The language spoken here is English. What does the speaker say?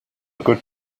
good